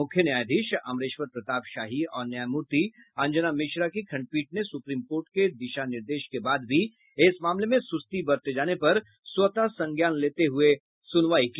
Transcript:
मुख्य न्यायाधीश अमरेश्वर प्रताप शाही और न्यायामूर्ति अंजना मिश्रा की खंडपीठ ने सुप्रीम कोर्ट के दिशा निर्देश के बाद भी इस मामले में सुस्ती बरते जाने पर स्वतः संज्ञान लेते हुये सुनवाई की